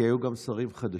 כי היו גם שרים חדשים,